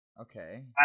Okay